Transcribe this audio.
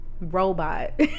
robot